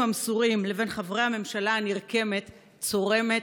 המסורים לבין חברי הממשלה הנרקמת צורמת,